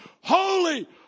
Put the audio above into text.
holy